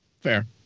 fair